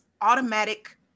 automatic